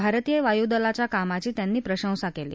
भारतीय वायुदलाच्या कामाची त्यांनी प्रशंसा कली